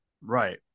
Right